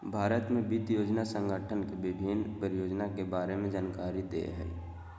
भारत में वित्त योजना संगठन के विभिन्न परियोजना के बारे में जानकारी दे हइ